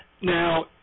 Now